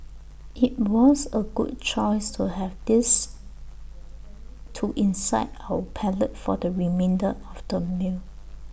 IT was A good choice to have this to incite our palate for the remainder of the meal